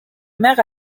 mère